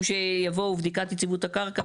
יבוא "ובדיקת יציבות הקרקע,